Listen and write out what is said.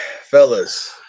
Fellas